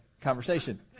conversation